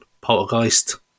poltergeist